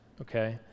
okay